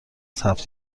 ثبت